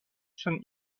sen